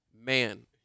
Man